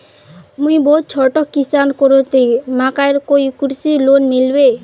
मुई बहुत छोटो किसान करोही ते मकईर कोई कृषि लोन मिलबे?